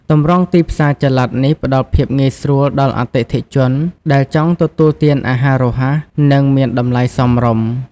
ទម្រង់ទីផ្សារចល័តនេះផ្តល់ភាពងាយស្រួលដល់អតិថិជនដែលចង់ទទួលទានអាហាររហ័ស និងមានតម្លៃសមរម្យ។